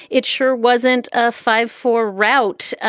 it sure wasn't a five four rout.